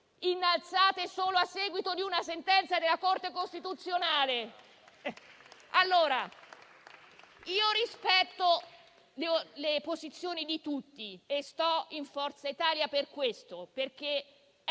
innalzate solo a seguito di una sentenza della Corte costituzionale. Rispetto le posizioni di tutti e sto in Forza Italia per questo, per